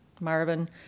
Marvin